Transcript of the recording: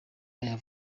aya